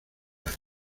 red